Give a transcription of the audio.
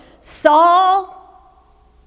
Saul